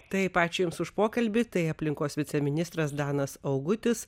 taip ačiū jums už pokalbį tai aplinkos viceministras danas augutis